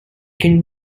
can